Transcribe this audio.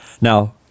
Now